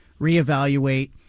reevaluate